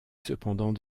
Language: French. cependant